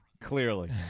Clearly